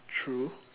true